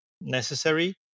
necessary